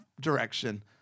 direction